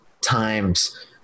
times